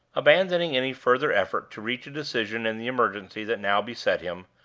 abandoning any further effort to reach a decision in the emergency that now beset him,